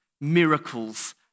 miracles